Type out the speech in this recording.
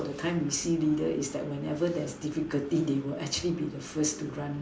the time we see leader is that whenever there's difficulty they will actually be the first to run